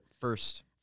first